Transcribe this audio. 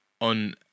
on